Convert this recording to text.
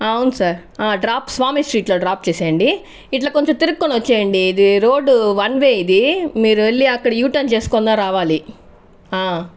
అవును sir drop Swami స్ట్రీట్లో drop చేసేయండి ఇట్లా కొంచెం తిరుక్కొనొచ్చెయ్యండి ఇది రోడ్డు వన్ వే ఇది మీరు వెళ్ళి అక్కడ యుటర్న్ చేసుకొని రావాలి